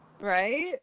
Right